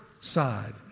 side